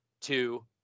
two